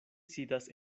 sidas